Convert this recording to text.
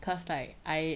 mmhmm